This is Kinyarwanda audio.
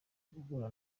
guhura